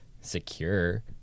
secure